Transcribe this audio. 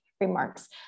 remarks